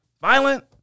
Violent